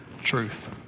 truth